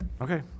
okay